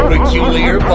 Peculiar